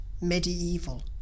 medieval